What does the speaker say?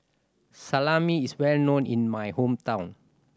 salami is well known in my hometown